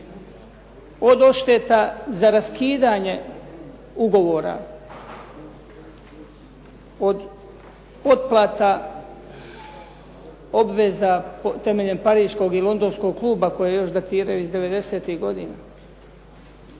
od odšteta za raskidanje ugovora, od otplata obveza temeljem pariškog i londonskog kluba koji još datiraju iz